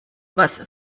was